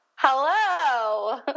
Hello